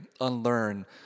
unlearn